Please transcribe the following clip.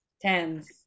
Tens